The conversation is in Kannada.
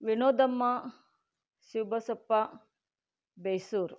ವಿನೋದಮ್ಮ ಶಿವಬಸಪ್ಪ ಬೆಸುರ್